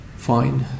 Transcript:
fine